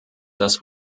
das